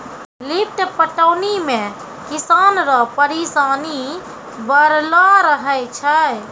lift पटौनी मे किसान रो परिसानी बड़लो रहै छै